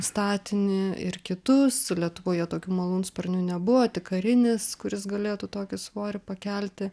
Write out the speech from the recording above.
statinį ir kitus lietuvoje tokių malūnsparnių nebuvo tik karinis kuris galėtų tokį svorį pakelti